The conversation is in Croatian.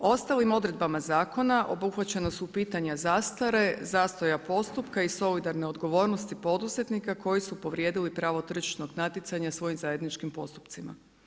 O ostalim odredbama zakona, obuhvaćena su pitanja zastare, zastoja postupka i solidarne odgovornosti poduzetnika koji su povrijedili pravo tržišnog natjecanja svojim zajedničkim postupcima.